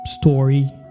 story